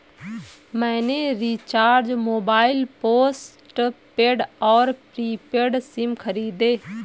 मैंने recharge mobile postpaid और prepaid SIM खरीदे